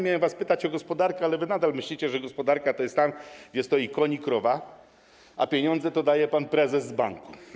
Miałem was pytać o gospodarkę, ale wy nadal myślicie, że gospodarka to jest tam, gdzie stoi koń i krowa, a pieniądze to daje pan prezes z banku.